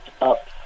up